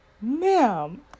ma'am